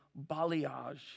balayage